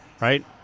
right